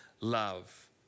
love